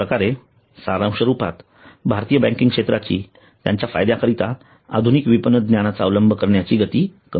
अश्याप्रकारे सारांश रूपात भारतीय बँकिंग क्षेत्राची त्यांच्या फायद्याकरता आधुनिक विपणन ज्ञानाचा अवलंब करण्याची गती कमी आहे